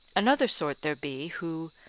another sort there be who,